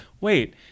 Wait